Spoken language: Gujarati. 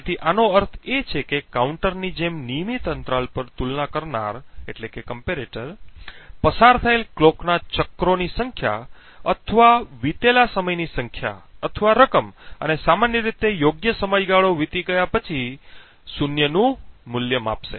તેથી આનો અર્થ એ છે કે કાઉન્ટરની જેમ નિયમિત અંતરાલ પર તુલના કરનાર પસાર થયેલ ઘડિયાળ ના ચક્રો ની સંખ્યા અથવા અથવા વીતેલા સમયની સંખ્યા અથવા રકમ અને સામાન્ય રીતે યોગ્ય સમયગાળો વીતી ગયા પછી સામાન્ય રીતે શૂન્યનું મૂલ્ય આપશે